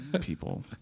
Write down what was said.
people